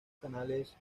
canales